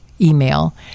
email